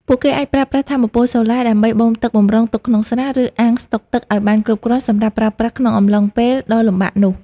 ពួកគេអាចប្រើប្រាស់ថាមពលសូឡាដើម្បីបូមទឹកបម្រុងទុកក្នុងស្រះ ឬអាងស្តុកទឹកឱ្យបានគ្រប់គ្រាន់សម្រាប់ប្រើប្រាស់ក្នុងកំឡុងពេលដ៏លំបាកនោះ។